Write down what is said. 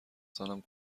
سالم